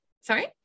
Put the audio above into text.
Sorry